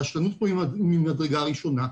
הרשלנות פה היא ממדרגה ראשונה.